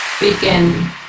begin